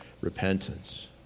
repentance